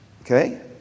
okay